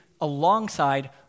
alongside